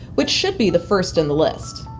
which should be the first in the list.